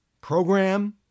program